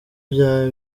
bya